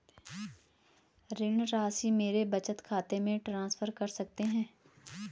ऋण राशि मेरे बचत खाते में ट्रांसफर कर सकते हैं?